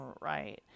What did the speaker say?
right